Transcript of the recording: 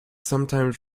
sometimes